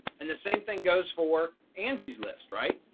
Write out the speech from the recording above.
and the same thing goes for angie's list, right?